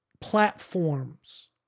platforms